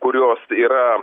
kurios yra